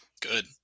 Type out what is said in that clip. Good